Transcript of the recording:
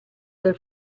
del